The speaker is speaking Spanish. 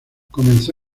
comenzó